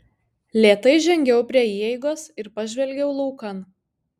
lėtai žengiau prie įeigos ir pažvelgiau laukan